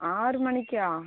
ஆறு மணிக்கா